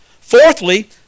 Fourthly